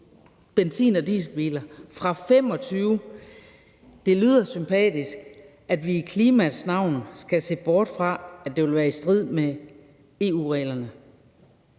benzin- og dieselbiler fra 2025. Det lyder sympatisk, at vi i klimaets navn skal se bort fra, at det ville være i strid med EU-reglerne.